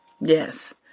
yes